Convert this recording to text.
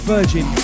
Virgin